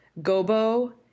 Gobo